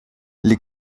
les